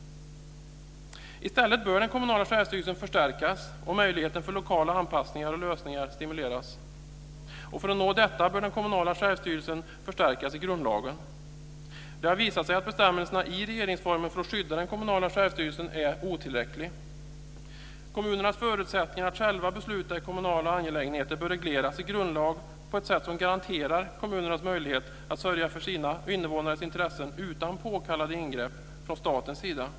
I stället bör den kommunala självstyrelsen förstärkas och möjligheten för lokala anpassningar och lösningar stimuleras. För att nå detta bör den kommunala självstyrelsen förstärkas i grundlagen. Det har visat sig att bestämmelserna i regeringsformen för att skydda den kommunala självstyrelsen är otillräckliga. Kommunernas förutsättningar att själva besluta i kommunala angelägenheter bör regleras i grundlag på ett sätt som garanterar kommunernas möjlighet att sörja för sina invånares intressen utan påkallade ingrepp från statens sida.